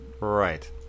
right